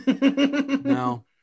No